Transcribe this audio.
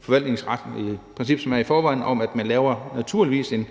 forvaltningsretlige princip, som der er i forvejen, om, at man naturligvis laver